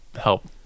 help